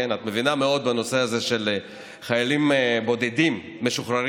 את מבינה מאוד בנושא הזה של חיילים בודדים משוחררים.